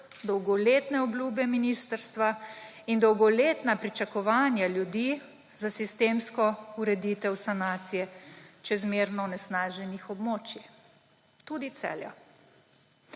dolgoletne obljube ministrstva in dolgoletna pričakovanja ljudi za sistemsko ureditev sanacije čezmerno onesnaženih območij. Tudi Celja.